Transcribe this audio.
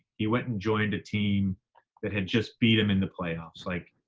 he went and joined a team that had just beat him in the playoffs. like,